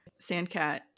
Sandcat